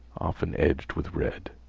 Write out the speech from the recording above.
often edged with red.